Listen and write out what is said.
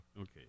Okay